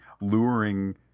luring